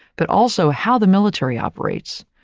but also how the military operates,